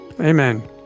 Amen